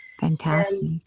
Fantastic